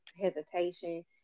hesitation